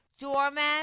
Doorman